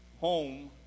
home